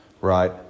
right